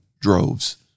droves